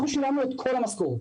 אנחנו שילמנו את כל המשכורות